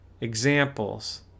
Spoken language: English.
examples